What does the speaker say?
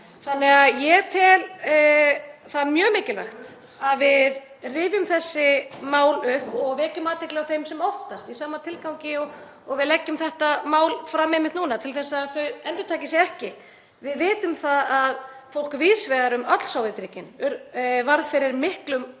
Þannig að ég tel það mjög mikilvægt að við rifjum þessi mál upp og vekjum athygli á þeim sem oftast í sama tilgangi og við leggjum þetta mál fram einmitt núna til þess að þau endurtaki sig ekki. Við vitum að fólk víðs vegar um öll Sovétríkin varð fyrir miklum